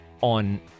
on